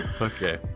Okay